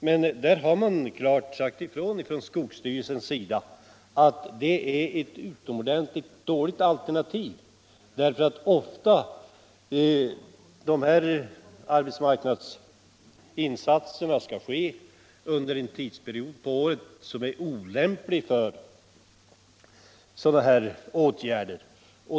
Men där har skogsstyrelsen klart sagt att det är ett dåligt alternativ, eftersom arbetsmarknadsinsatserna skall ske under en tidsperiod på året som är olämplig för sådana här åtgärder.